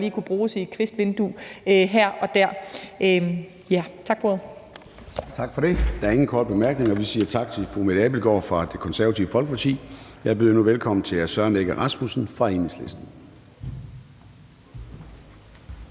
ordet. Kl. 13:40 Formanden (Søren Gade): Tak for det. Der er ingen korte bemærkninger. Vi siger tak til fru Mette Abildgaard fra Det Konservative Folkeparti. Jeg byder nu velkommen til hr. Søren Egge Rasmussen fra Enhedslisten.